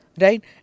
right